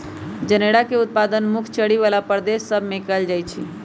जनेरा के उत्पादन मुख्य चरी बला प्रदेश सभ में कएल जाइ छइ